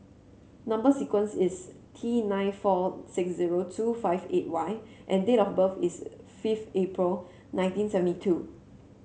number sequence is T nine four six zero two five eight Y and date of birth is fifth April nineteen seventy two